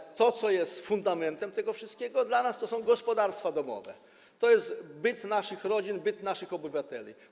Jednak to, co jest fundamentem tego wszystkiego dla nas, to są gospodarstwa domowe, to jest byt naszych rodzin, byt naszych obywateli.